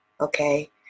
Okay